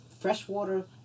freshwater